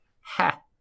ha